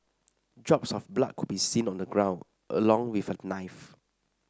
drops of blood could be seen on the ground along with a knife